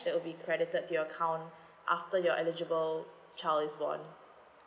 that will be credited to your account after your eligible child is for born